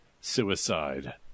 suicide